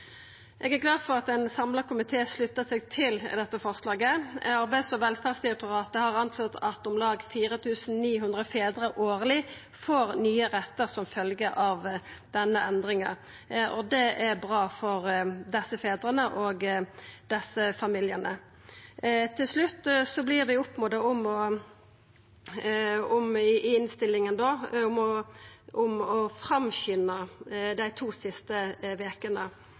Eg er glad for at ein samla komité sluttar seg til dette forslaget. Arbeids- og velferdsdirektoratet har anslått at om lag 4 900 fedrar årleg får nye rettar som følgje av denne endringa, og det er bra for desse fedrane og desse familiane. Til slutt vert vi i innstillinga oppmoda om å